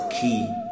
key